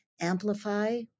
amplify